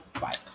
Bye